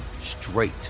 straight